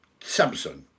Samsung